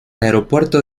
aeropuerto